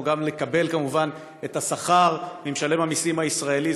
לקבל כמובן את השכר ממשלם המיסים הישראלי,